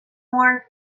more